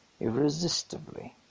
irresistibly